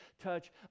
touch